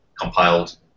compiled